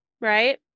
right